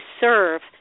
serve